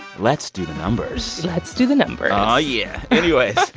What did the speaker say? let's do the numbers let's do the numbers oh, yeah. anyways.